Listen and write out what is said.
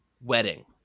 wedding